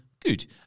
good